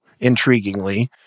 intriguingly